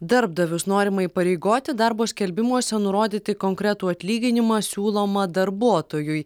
darbdavius norima įpareigoti darbo skelbimuose nurodyti konkretų atlyginimą siūlomą darbuotojui